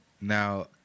Now